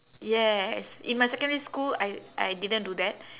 yes in my secondary school I I didn't do that